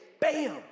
bam